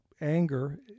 anger